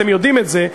אתם יודעים את זה.